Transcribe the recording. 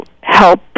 help